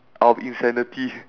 our insanity